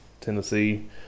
Tennessee